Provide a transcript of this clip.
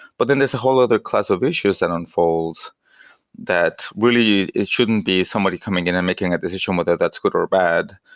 but then there's a whole other class of issues that and unfolds that really it shouldn't be somebody coming in and making a decision whether that's good or bad.